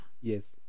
Yes